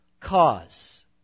cause